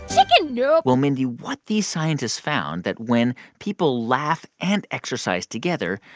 chicken nope well, mindy, what these scientists found that when people laugh and exercise together,